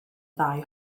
ddau